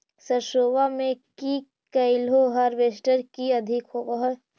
सरसोबा मे की कैलो हारबेसटर की अधिक होब है?